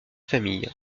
famille